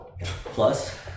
Plus